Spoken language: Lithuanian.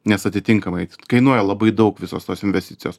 nes atitinkamai kainuoja labai daug visos tos investicijos